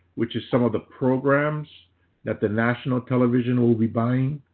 which is some of the programs that the national television will be buying